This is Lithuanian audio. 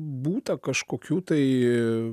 būta kažkokių tai